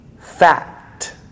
fact